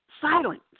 silence